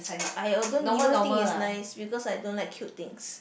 I d~ you won't think it's nice because I don't like cute things